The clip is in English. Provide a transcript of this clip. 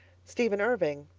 stephen irving.